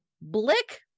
Blick